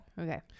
Okay